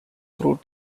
through